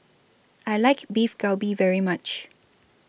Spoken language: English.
I like Beef Galbi very much